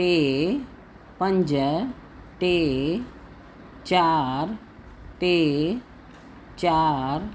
टे पंज टे चारि टे चारि